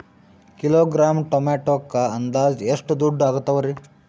Kilogram ಟೊಮೆಟೊಕ್ಕ ಅಂದಾಜ್ ಎಷ್ಟ ದುಡ್ಡ ಅಗತವರಿ?